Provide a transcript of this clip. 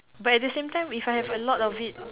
but at the same time if I have a lot of it